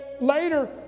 later